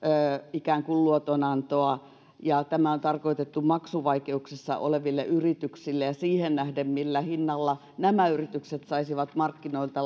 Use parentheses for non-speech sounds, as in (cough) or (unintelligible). ikään kuin vakuudetonta luotonantoa ja tämä on tarkoitettu maksuvaikeuksissa oleville yrityksille ja siihen nähden millä hinnalla nämä yritykset saisivat markkinoilta (unintelligible)